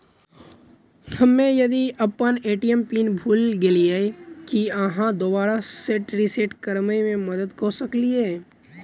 हम्मे यदि अप्पन ए.टी.एम पिन भूल गेलियै, की अहाँ दोबारा सेट रिसेट करैमे मदद करऽ सकलिये?